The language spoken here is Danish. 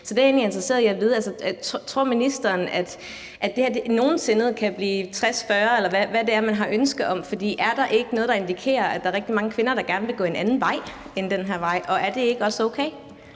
Så det, jeg egentlig er interesseret i at vide, er, om ministeren tror, at det her nogen sinde kan blive 60-40, eller hvad det er, man har ønske om, for er der ikke noget, der indikerer, at der er rigtig mange kvinder, der gerne vil gå en anden vej end den her vej, og er det ikke også okay?